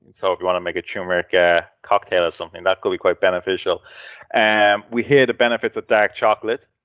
and so if you want to make a tumeric ah cocktail or something, that could be quite beneficial and we hear the benefits of dark chocolate,